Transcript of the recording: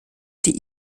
die